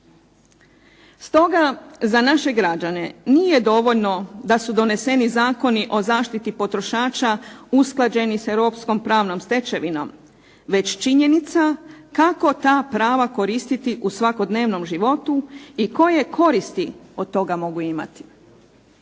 Stoga za naše građane nije dovoljno da su doneseni zakoni o zaštiti potrošača usklađeni s europskom pravnom stečevinom, već činjenica kako ta prava koristiti u svakodnevnom životu i koje koristi od toga mogu imati.